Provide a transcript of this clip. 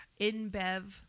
InBev